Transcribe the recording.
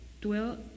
dwell